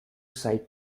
side